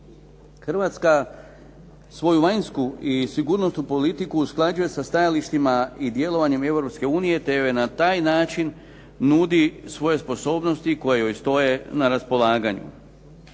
Hrvatska svoju vanjsku i sigurnosnu politiku usklađuje sa stajalištima i djelovanjem Europske unije te joj na taj način nudi svoje sposobnosti koje joj stoje na raspolaganju.